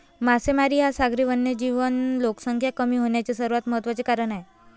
मासेमारी हा सागरी वन्यजीव लोकसंख्या कमी होण्याचे सर्वात महत्त्वाचे कारण आहे